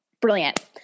Brilliant